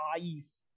eyes